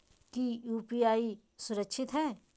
की यू.पी.आई सुरक्षित है?